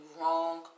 wrong